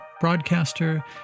broadcaster